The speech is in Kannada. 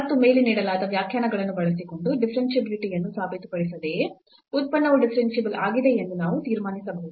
ಮತ್ತು ಮೇಲೆ ನೀಡಲಾದ ವ್ಯಾಖ್ಯಾನಗಳನ್ನು ಬಳಸಿಕೊಂಡು ಡಿಫರೆನ್ಷಿಯಾಬಿಲಿಟಿ ಯನ್ನು ಸಾಬೀತುಪಡಿಸದೆಯೇ ಉತ್ಪನ್ನವು ಡಿಫರೆನ್ಸಿಬಲ್ ಆಗಿದೆ ಎಂದು ನಾವು ತೀರ್ಮಾನಿಸಬಹುದು